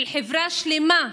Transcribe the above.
של חברה שלמה,